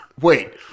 wait